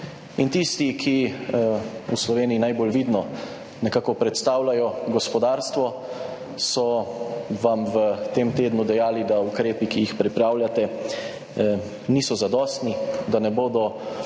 In tisti, ki v Sloveniji najbolj vidno nekako predstavljajo gospodarstvo, so vam v tem tednu dejali, da ukrepi, ki jih pripravljate, niso zadostni, da ne bodo